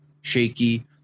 shaky